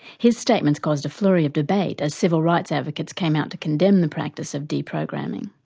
his statements caused a flurry of debate as civil rights advocates came out to condemn the practice of deprogramming.